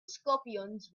scorpions